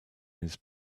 his